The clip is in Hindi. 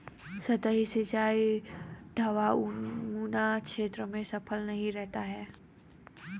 सतही सिंचाई ढवाऊनुमा क्षेत्र में सफल नहीं रहता है